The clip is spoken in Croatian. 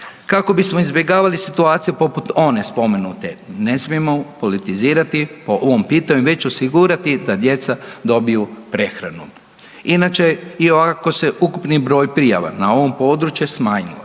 Kako bismo izbjegavali situacije poput one spomenute ne smijemo politizirati po ovom pitanju već osigurati da djeca dobiju prehranu. Inače iako se je ukupni broj prijava na ovom području smanjilo